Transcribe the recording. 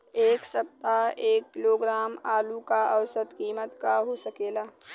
एह सप्ताह एक किलोग्राम आलू क औसत कीमत का हो सकेला?